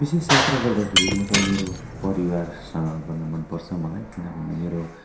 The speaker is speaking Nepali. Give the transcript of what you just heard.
विशेष यात्रा गर्दाखेरि म त मेरो परिवारसँग गर्न मन पर्छ मलाई किन भन्दा मेरो